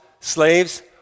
slaves